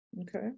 okay